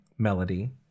Melody